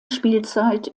spielzeit